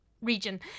region